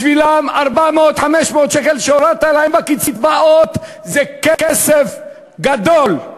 בשבילם 400 500 השקל שהורדת להם בקצבאות זה כסף גדול,